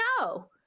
no